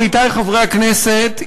עמיתי חברי הכנסת,